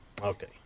Okay